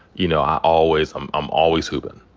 you know, i'm always i'm i'm always hoopin'.